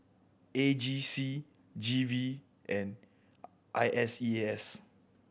A G C G V and I S E A S